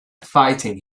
fighting